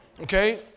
Okay